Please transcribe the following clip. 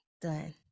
Done